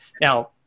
Now